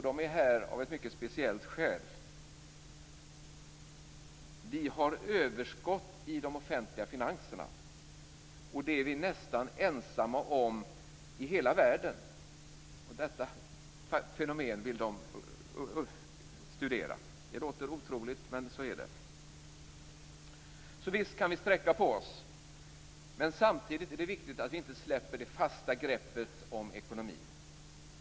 De är här av ett mycket speciellt skäl: Vi har överskott i de offentliga finanserna. Det är vi nästan ensamma om i hela världen. Detta fenomen vill de studera. Det låter otroligt, men så är det. Visst kan vi sträcka på oss. Men samtidigt är det viktigt att vi inte släpper det fasta greppet om ekonomin.